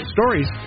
Stories